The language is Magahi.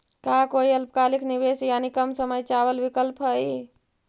का कोई अल्पकालिक निवेश यानी कम समय चावल विकल्प हई?